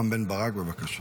חבר הכנסת רם בן ברק, בבקשה.